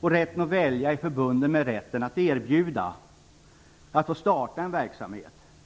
Rätten att välja är förbunden med rätten att erbjuda och att få starta en verksamhet.